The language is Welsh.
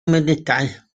munudau